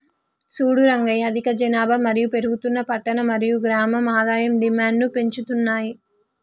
సూడు రంగయ్య అధిక జనాభా మరియు పెరుగుతున్న పట్టణ మరియు గ్రామం ఆదాయం డిమాండ్ను పెంచుతున్నాయి